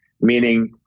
meaning